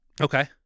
Okay